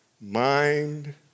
mind